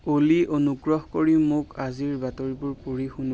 অ'লি অনুুগ্ৰহ কৰি মোক আজিৰ বাতৰিবোৰ পঢ়ি শুনোৱা